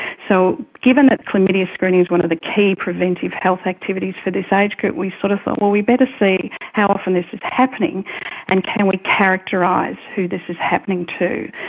so given that chlamydia screening is one of the key preventative health activities for this age group we sort of thought, well, we'd better see how often this is happening and can we characterise who this is happening too.